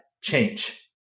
change